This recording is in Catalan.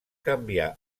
canviar